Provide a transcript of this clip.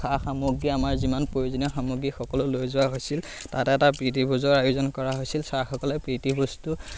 সা সামগ্ৰী আমাৰ যিমান প্ৰয়োজনীয় সামগ্ৰী সকলো লৈ যোৱা হৈছিল তাতে এটা প্ৰীতি ভোজৰ আয়োজন কৰা হৈছিল চাৰসকলে প্ৰীতি ভোজটো